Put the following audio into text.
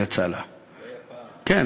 כן,